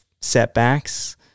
setbacks